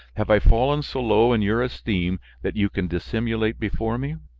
have i fallen so low in your esteem that you can dissimulate before me?